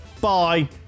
bye